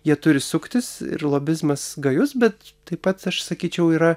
jie turi suktis ir lobizmas gajus bet tai pats aš sakyčiau yra